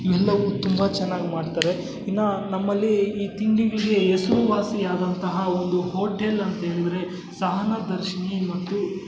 ಎಲ್ಲವೂ ತುಂಬ ಚೆನ್ನಾಗ್ ಮಾಡ್ತಾರೆ ಇನ್ನೂ ನಮ್ಮಲ್ಲೀ ಈ ತಿಂಡಿಗಳಿಗೆ ಹೆಸ್ರುವಾಸಿಯಾದಂತಹ ಒಂದು ಹೋಟೆಲ್ ಅಂತ್ಹೇಳಿದ್ರೆ ಸಹನದರ್ಶಿನಿ ಮತ್ತು